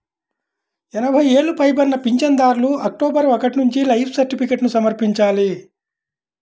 ఎనభై ఏళ్లు పైబడిన పింఛనుదారులు అక్టోబరు ఒకటి నుంచి లైఫ్ సర్టిఫికేట్ను సమర్పించాలి